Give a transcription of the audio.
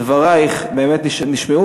דברייך באמת נשמעו,